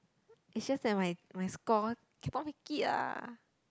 is just that my my score cannot make it ah